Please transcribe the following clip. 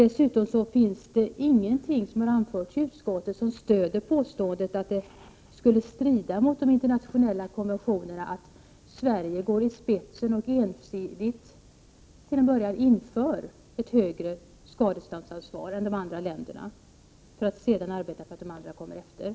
Det finns ingenting i utskottets skrivning som stöder påståendet att det skulle strida mot de internationella konventionerna att Sverige går i spetsen och ensidigt, åtminstone till att börja med, inför ett större skadeståndsansvar än de andra länderna har för att sedan arbeta på att de andra gör likadant.